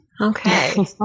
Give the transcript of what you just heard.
Okay